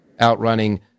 outrunning